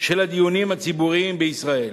של הדיונים הציבוריים בישראל.